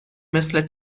مثل